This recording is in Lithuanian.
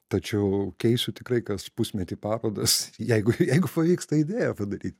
tačiau keisiu tikrai kas pusmetį parodas jeigu jeigu pavyks ta idėja padaryti